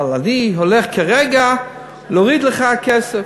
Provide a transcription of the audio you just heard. אבל אני הולך כרגע להוריד לך כסף.